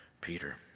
Peter